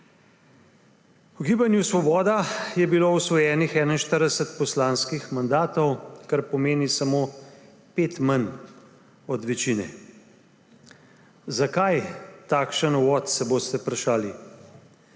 V Gibanju Svoboda je bilo osvojenih 41 poslanskih mandatov, kar pomeni samo pet manj od večine. Zakaj takšen uvod, se boste vprašali.